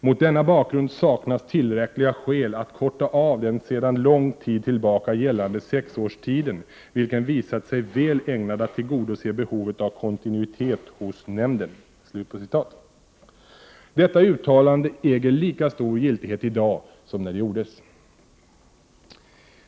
Mot denna bakgrund saknas tillräckliga skäl att korta av den sedan lång tid tillbaka gällande sexårstiden, vilken visat sig väl ägnad att tillgodose behovet av kontinuitet hos nämnden.” Detta uttalande äger lika stor giltighet i dag som när det gjordes.